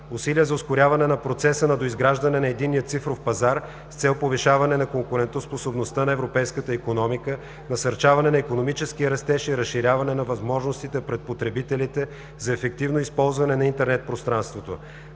усилия за ускоряване на процеса на доизграждане на Единния цифров пазар с цел повишаване на конкурентоспособността на европейската икономика, насърчаване на икономическия растеж и разширяване на възможностите пред потребителите за ефективно използване на интернет пространството;